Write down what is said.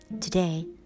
Today